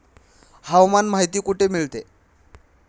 हवामान माहिती कुठे मिळते?